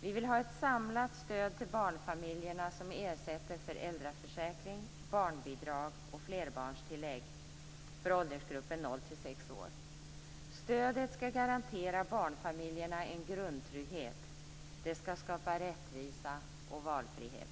Vi vill ha ett samlat stöd till barnfamiljerna som ersätter föräldraförsäkring, barnbidrag och flerbarnstillägg för åldersgruppen noll-sex år. Stödet skall garantera barnfamiljerna en grundtrygghet. Det skall skapa rättvisa och valfrihet.